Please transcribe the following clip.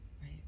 right